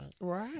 Right